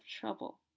trouble